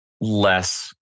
less